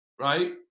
right